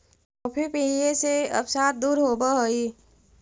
coffee पीये से अवसाद दूर होब हई